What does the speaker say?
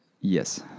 yes